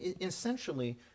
essentially